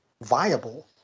viable